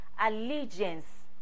allegiance